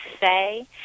say